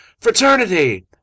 Fraternity